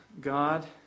God